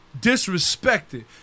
disrespected